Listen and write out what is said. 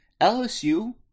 LSU